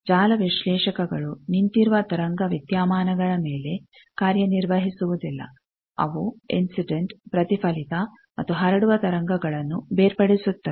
ಜಾಲ ವಿಶ್ಲೇಷಕಗಳು ನಿಂತಿರುವ ತರಂಗ ವಿದ್ಯಮಾನಗಳ ಮೇಲೆ ಕಾರ್ಯ ನಿರ್ವಹಿಸುವುದಿಲ್ಲ ಅವು ಇನ್ಸಿಡೆಂಟ್ ಪ್ರತಿಫಲಿತ ಮತ್ತು ಹರಡುವ ತರಂಗಗಳನ್ನು ಬೇರ್ಪಡಿಸುತ್ತವೆ